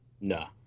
No